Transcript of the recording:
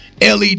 LED